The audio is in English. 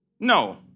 no